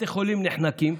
בתי החולים נחנקים,